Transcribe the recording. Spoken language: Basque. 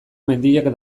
mendiak